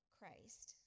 Christ